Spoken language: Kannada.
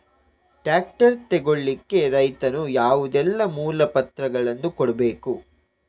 ಟ್ರ್ಯಾಕ್ಟರ್ ತೆಗೊಳ್ಳಿಕೆ ರೈತನು ಯಾವುದೆಲ್ಲ ಮೂಲಪತ್ರಗಳನ್ನು ಕೊಡ್ಬೇಕು?